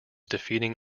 defeating